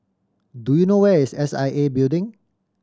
do you know where is S I A Building